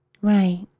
Right